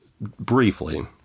briefly